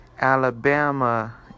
Alabama